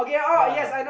ya